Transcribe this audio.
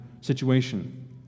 situation